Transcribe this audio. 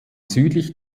südlich